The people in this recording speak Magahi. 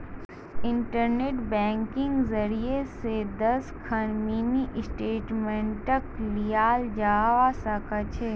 इन्टरनेट बैंकिंगेर जरियई स दस खन मिनी स्टेटमेंटक लियाल जबा स ख छ